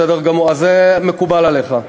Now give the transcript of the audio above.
בסדר גמור, אז זה מקובל עליך.